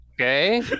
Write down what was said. Okay